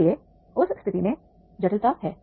इसलिए उस स्थिति में जटिलता है